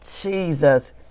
Jesus